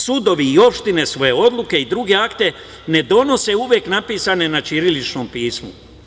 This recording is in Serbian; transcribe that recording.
Sudovi i opštine svoje odluke i druge akte ne donose uvek napisane na ćiriličnom pismu.